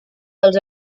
dels